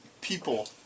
people